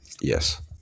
Yes